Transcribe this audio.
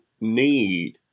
need